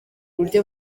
uburyo